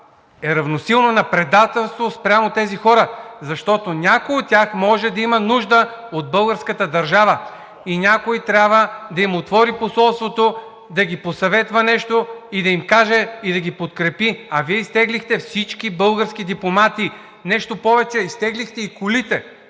е равносилно на предателство спрямо тези хора, защото някой от тях може да има нужда от българската държава и някой трябва да им отвори посолството, да ги посъветва нещо, да им каже и да ги подкрепи. А Вие изтеглихте всички български дипломати! Нещо повече, изтеглихте и колите!